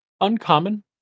Uncommon